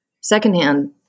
secondhand